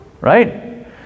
right